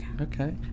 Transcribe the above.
Okay